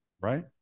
Right